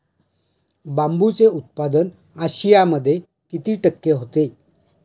बांबूचे उत्पादन आशियामध्ये किती टक्के होते?